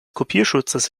kopierschutzes